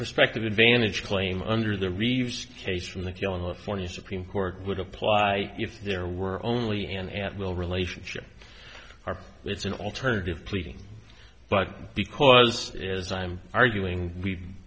prospective advantage claim under the reeves case from the california supreme court would apply if there were only an at will relationship are with an alternative pleading but because it is i'm arguing we